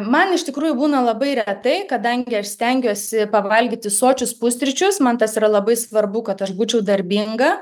man iš tikrųjų būna labai retai kadangi aš stengiuosi pavalgyti sočius pusryčius man tas yra labai svarbu kad aš būčiau darbinga